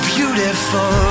Beautiful